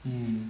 mm